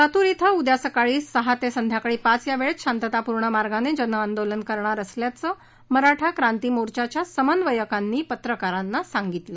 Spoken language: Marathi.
लातूर धिं उद्या सकाळी सहा ते संध्याकाळी पाच यावेळेत शांततापूर्ण मार्गाने जनआंदोलन करणार असल्याचं मराठा क्रांती मोर्चाच्या समन्वयकांनी पत्रकारांना सांगितलं